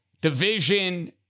Division